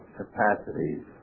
capacities